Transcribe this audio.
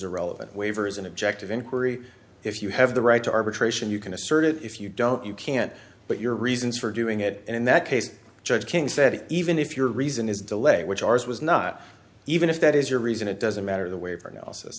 irrelevant waivers an objective inquiry if you have the right to arbitration you can asserted if you don't you can can't but your reasons for doing it and in that case judge king said even if your reason is delay which ours was not even if that is your reason it doesn't matter the way of analysis